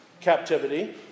captivity